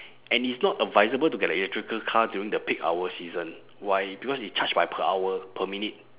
and it's not advisable to get electrical car during the peak hour season why because it charge by per hour per minute